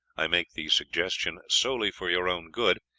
i make the suggestion solely for your own good,